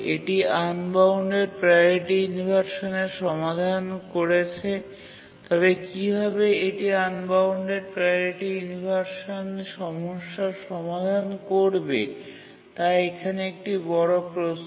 এটি unbounded priority ইনভারসানের সমাধান করেছে তবে কীভাবে এটি আনবাউন্ডেড প্রাওরিটি ইনভারসান সমস্যার সমাধান করবে তা এখানে একটি বড় প্রশ্ন